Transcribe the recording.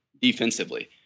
defensively